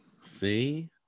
See